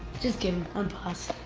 just kidding, unpause.